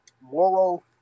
Moro